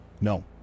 No